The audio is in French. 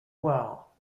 ware